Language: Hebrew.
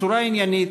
בצורה עניינית,